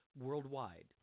worldwide